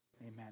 Amen